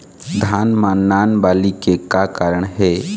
धान म नान बाली के का कारण हे?